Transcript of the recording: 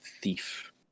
thief